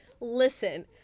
Listen